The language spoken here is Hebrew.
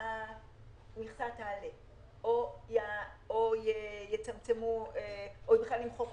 שוויוני בין מפעילים אוויריים הפועלים לאותם יעדים,